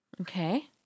okay